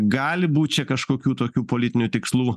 gali būt čia kažkokių tokių politinių tikslų